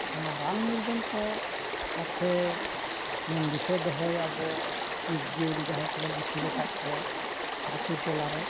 ᱚᱱᱟ ᱨᱟᱱ ᱢᱩᱨᱜᱟᱹᱱ ᱠᱚ ᱡᱟᱛᱮ ᱵᱚᱱ ᱫᱤᱥᱟᱹ ᱫᱚᱦᱚᱭ ᱟᱵᱚ ᱡᱤᱵᱽᱼᱡᱤᱭᱟᱹᱞᱤ ᱡᱟᱦᱟᱸᱭ ᱠᱚᱵᱚᱱ ᱟᱹᱥᱩᱞᱟᱠᱟᱫ ᱠᱚᱣᱟ ᱟᱹᱛᱩ ᱴᱚᱞᱟ ᱨᱮ